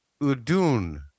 Udun